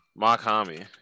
Makami